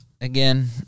Again